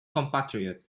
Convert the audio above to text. compatriot